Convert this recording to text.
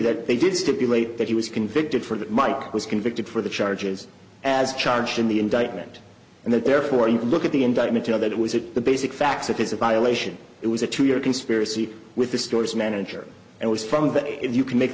that they did stipulate that he was convicted for that michael was convicted for the charges as charged in the indictment and therefore you look at the indictment you know that it was at the basic facts it is a violation it was a two year conspiracy with the store's manager and was from that if you can make